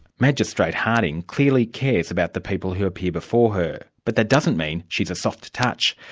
magistrate harding clearly cares about the people who appear before her. but that doesn't mean she's a soft touch.